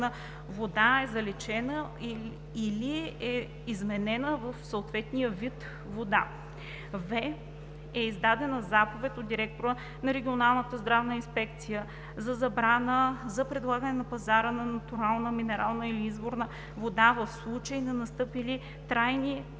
вода е заличена или е изменена за съответния вид вода; в) е издадена заповед от директора на регионалната здравна инспекция за забрана за предлагане на пазара на натуралната минерална или изворната вода, в случай на настъпили трайни